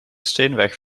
steenweg